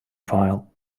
file